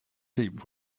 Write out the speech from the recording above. sheep